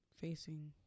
facing